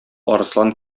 арыслан